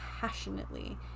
passionately